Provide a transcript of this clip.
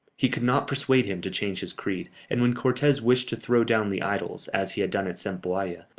he could not persuade him to change his creed, and when cortes wished to throw down the idols, as he had done at zempoalla,